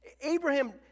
Abraham